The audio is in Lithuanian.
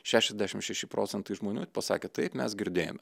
šešiasdešim šeši procentai žmonių pasakė taip mes girdėjome